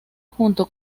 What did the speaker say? junto